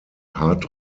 hard